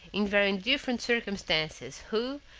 in very indifferent circumstances, who,